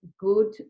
good